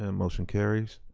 and motion carries.